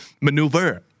Maneuver